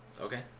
Okay